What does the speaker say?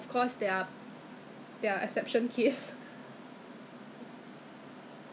我去 collect 那个 err national day what to Singapore together pack 的时候那边不是有吗